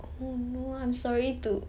oh no I'm sorry to